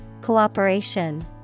Cooperation